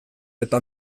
eta